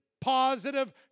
positive